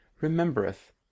remembereth